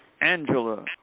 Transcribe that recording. Angela